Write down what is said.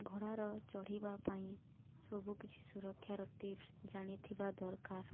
ଘୋଡ଼ାର ଚଢ଼ିବା ପାଇଁ ସବୁକିଛି ସୁରକ୍ଷାର ଟିପ୍ସ ଜାଣିଥିବା ଦରକାର